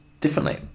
differently